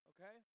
Okay